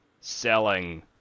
selling